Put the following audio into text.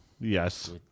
Yes